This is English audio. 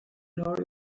nor